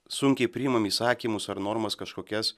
sunkiai priimam įsakymus ar normas kažkokias